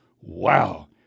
Wow